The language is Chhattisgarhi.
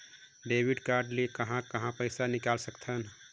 डेबिट कारड ले कहां कहां पइसा निकाल सकथन?